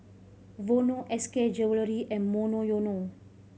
Vono S K Jewellery and Monoyono